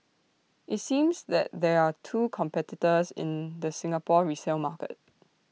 IT seems that there are two competitors in the Singapore resale market